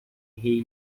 rei